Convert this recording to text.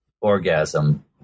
orgasm